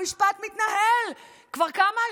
המשפט מתנהל כבר, כמה?